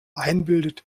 einbildet